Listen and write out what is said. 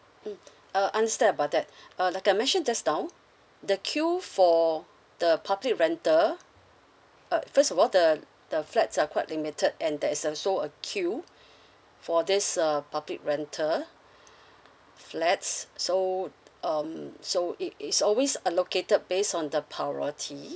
mm uh understand about that uh like I mentioned just now the queue for the public rental uh first of all the the flats are quite limited and there's also a queue for this uh public rental flats so um so it is always allocated based on the priority